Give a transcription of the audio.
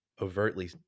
overtly